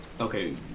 okay